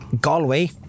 Galway